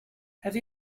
have